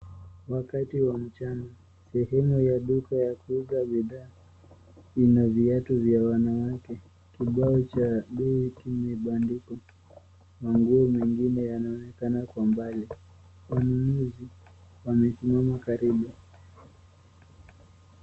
Wakati wa mchana. Sehemu ya duka ya kuuza bidhaa ina viatu vya wanawake . Kibao cha bei kimebandikwa na nguo mengine yanaonekana kwa mbali. Wanunuzi wamesimama karibu.